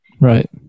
right